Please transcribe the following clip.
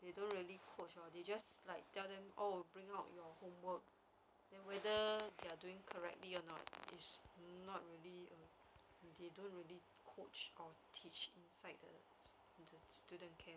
of the homework but they don't really coach lor they just like tell them oh bring out your homework then whether they're doing correctly or not it's not really err they don't really coach or teach inside the student student care